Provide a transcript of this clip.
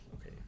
Okay